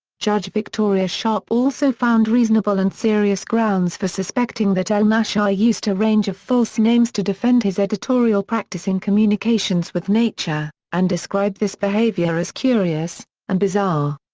judge victoria sharp also found reasonable and serious grounds for suspecting that el naschie used a range of false names to defend his editorial practice in communications with nature, and described this behavior as curious and bizarre.